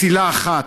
מסילה אחת,